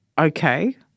Okay